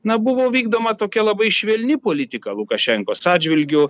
na buvo vykdoma tokia labai švelni politika lukašenkos atžvilgiu